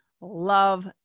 love